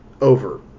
over